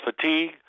fatigue